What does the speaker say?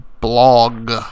blog